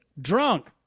drunk